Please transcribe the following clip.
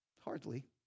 Hardly